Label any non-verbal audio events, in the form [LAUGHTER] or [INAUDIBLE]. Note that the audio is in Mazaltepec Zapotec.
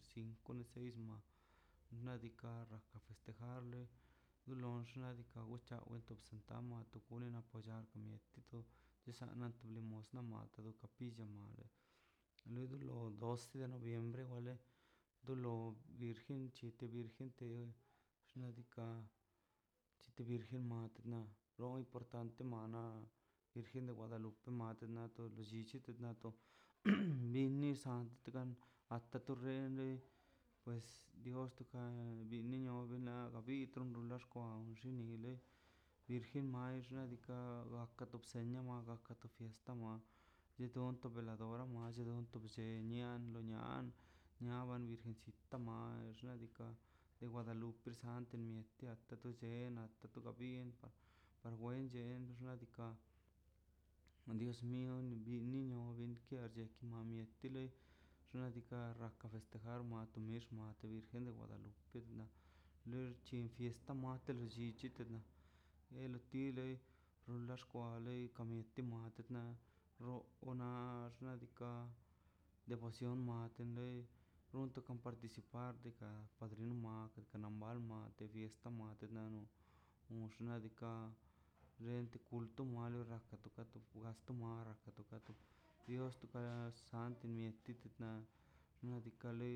Kial moadex sin kwale seis ma nadika raka festejar lox nadika wacha intoxicar mato kule apollar mieti to na to limosna mo to pilla male lei lo doce noviembre male do lo virgen te xnaꞌ diikaꞌ chite virgen na loi importante mana virgen de guadalupe made ni lo llichi nate nato [HESITATION] biniza hasta tu rindei pues diorto kan bini oblə ka bi loto xkon o do xinle virgen max xnaꞌ diikaꞌ kato bsenia aga kato fiesta de donto veladora omto bllen nia lo niaa niaba virgencita xnaꞌ diikaꞌ de guadalupe ante nitian to llenna to lleto bien par wenche xnaꞌ diikaꞌ dios mio binio benka chaki benkiale xnaꞌ diikaꞌ raka festejar mate mix wate virgen de guadalupe lox chin fiesta mattelə llichi el ti loi lo da xkwailei ni ta matena rro o xnaꞌ diikaꞌ devocion matile runto participar ga padrino mate fiesta mate nano xnaꞌ diikaꞌ lente kulto made na las ti kutasto tomara kato [NOISE] dios to pax sant mieti na nadika